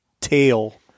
tail